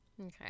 Okay